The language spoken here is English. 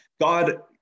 God